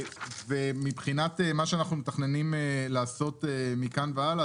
מבחינת מה שאנחנו מתכננים לעשות מכאן והלאה,